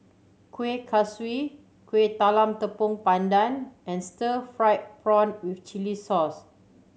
Kueh Kaswi Kueh Talam Tepong Pandan and stir fried prawn with chili sauce